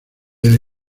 era